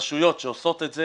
רשויות שעושות את זה